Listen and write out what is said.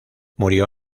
murió